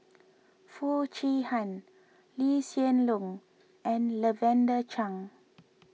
Foo Chee Han Lee Hsien Loong and Lavender Chang